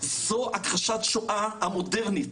זו הכחשת שואה המודרנית.